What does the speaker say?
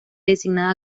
designada